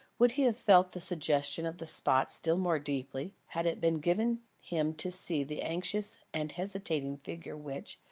would he have felt the suggestion of the spot still more deeply, had it been given him to see the anxious and hesitating figure which,